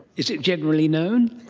is it generally known?